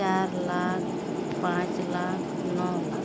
ᱪᱟᱨ ᱞᱟᱠᱷ ᱯᱟᱸᱪ ᱞᱟᱠᱷ ᱱᱚ ᱞᱟᱠᱷ